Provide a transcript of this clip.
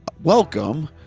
Welcome